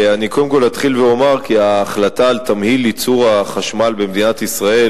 אני קודם כול אתחיל ואומר שההחלטה על תמהיל ייצור החשמל במדינת ישראל